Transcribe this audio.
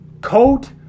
coat